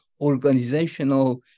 organizational